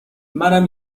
منم